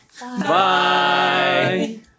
Bye